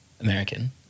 American